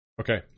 Okay